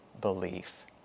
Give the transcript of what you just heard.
belief